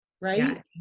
right